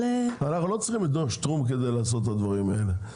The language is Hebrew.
אבל אנחנו לא צריכים את דוח שטרום כדי לעשות את הדברים האלה.